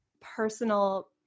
personal